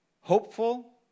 hopeful